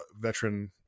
veteran